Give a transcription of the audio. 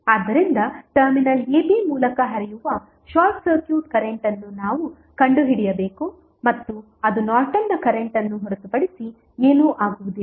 ಆದ್ದರಿಂದ terminal ab ಮೂಲಕ ಹರಿಯುವ ಶಾರ್ಟ್ ಸರ್ಕ್ಯೂಟ್ ಕರೆಂಟ್ ಅನ್ನು ನಾವು ಕಂಡುಹಿಡಿಯಬೇಕು ಮತ್ತು ಅದು ನಾರ್ಟನ್ನ ಕರೆಂಟ್ ಅನ್ನು ಹೊರತುಪಡಿಸಿ ಏನೂ ಆಗುವುದಿಲ್ಲ